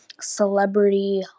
celebrity